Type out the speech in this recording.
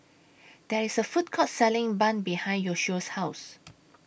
There IS A Food Court Selling Bun behind Yoshio's House